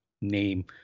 name